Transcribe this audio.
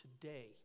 today